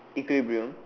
equilibrium